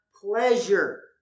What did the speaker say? pleasure